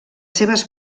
seves